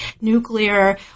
nuclear